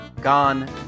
Gone